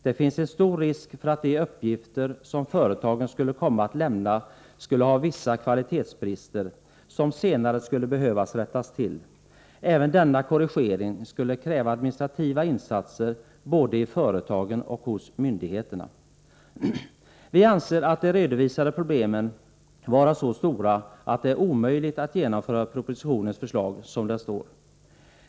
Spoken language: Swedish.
Det finns en stor risk för att de uppgifter som företagen skulle komma att lämna skulle ha vissa kvalitetsbrister, som senare skulle behöva rättas till. Även denna korrigering skulle kräva administrativa insatser både i företagen och hos myndigheterna. Vi anser de redovisade problemen vara så stora att det är omöjligt att genomföra propositionens förslag som det står.